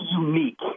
unique